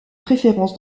préférence